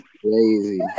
crazy